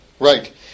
Right